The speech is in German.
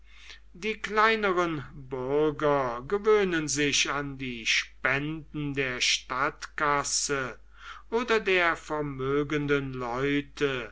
die kleineren bürger gewöhnen sich an die spenden der stadtkasse oder der vermögenden leute